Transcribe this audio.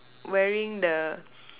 wearing the